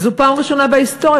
וזו פעם ראשונה בהיסטוריה,